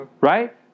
right